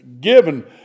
given